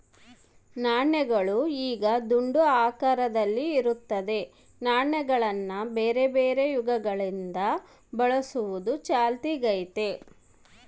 ನಾಣ್ಯಗಳು ಈಗ ದುಂಡು ಆಕಾರದಲ್ಲಿ ಇರುತ್ತದೆ, ನಾಣ್ಯಗಳನ್ನ ಬೇರೆಬೇರೆ ಯುಗಗಳಿಂದ ಬಳಸುವುದು ಚಾಲ್ತಿಗೈತೆ